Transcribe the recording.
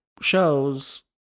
shows